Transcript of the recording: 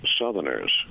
Southerners